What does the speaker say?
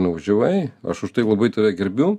nuvažiavai aš už tai labai tave gerbiu